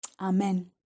Amen